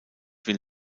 will